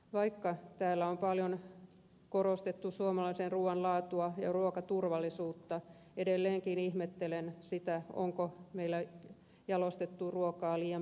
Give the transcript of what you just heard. vaikka täällä on paljon korostettu suomalaisen ruuan laatua ja ruokaturvallisuutta edelleenkin ihmettelen sitä onko meillä jalostettu ruokaa liian pitkälle